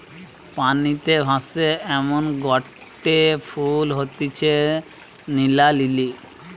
পানিতে ভাসে এমনগটে ফুল হতিছে নীলা লিলি